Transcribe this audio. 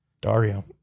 Dario